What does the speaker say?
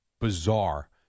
bizarre